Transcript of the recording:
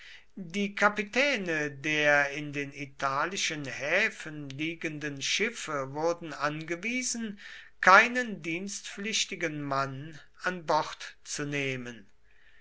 die kapitäne der in den italischen häfen liegenden schiffe wurden angewiesen keinen dienstpflichtigen mann an bord zu nehmen